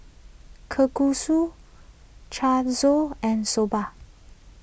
Kalguksu and Soba